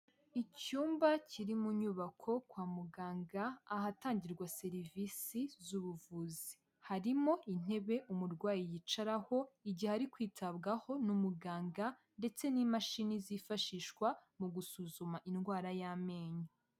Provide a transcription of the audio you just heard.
Icyumba kiri mu nyubako kwa muganga ahatangirwa serivisi z'ubuvuzi. Harimo intebe umurwayi yicaraho igihe ari kwitabwaho n'umuganga ndetse n'imashini zifashishwa mu gusuzuma indwara y'amenyo.